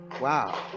wow